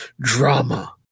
drama